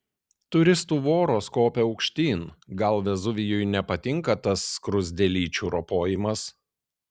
turistų voros kopia aukštyn gal vezuvijui nepatinka tas skruzdėlyčių ropojimas